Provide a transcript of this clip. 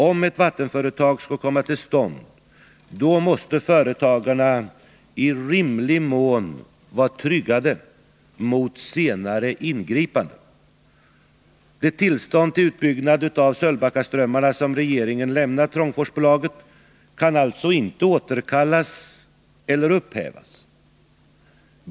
Om ett vattenföretag skall komma till stånd, måste företagarna i rimlig mån vara tryggade mot senare ingripanden. Det tillstånd till utbyggnad av Sölvbackaströmmarna som regeringen lämnat Trångforsbolaget kan alltså inte återkallas eller upphävas.